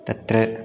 तत्र